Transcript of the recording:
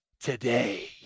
today